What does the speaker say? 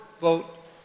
vote